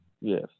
Yes